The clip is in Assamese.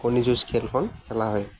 কণী যুঁজ খেলখন খেলা হয়